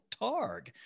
targ